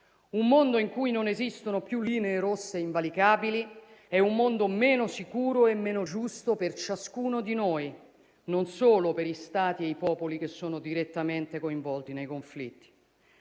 un mondo in cui non esistono più linee rosse invalicabili è un mondo meno sicuro e meno giusto per ciascuno di noi, non solo per gli Stati e i popoli che sono direttamente coinvolti nei conflitti.